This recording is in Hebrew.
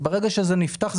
ברגע שזה נפתח,